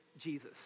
Jesus